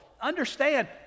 Understand